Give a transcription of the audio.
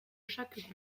chaque